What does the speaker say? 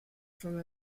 from